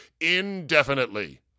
indefinitely